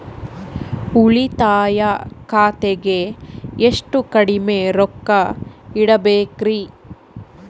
ಉಳಿತಾಯ ಖಾತೆಗೆ ಎಷ್ಟು ಕಡಿಮೆ ರೊಕ್ಕ ಇಡಬೇಕರಿ?